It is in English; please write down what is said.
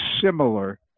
similar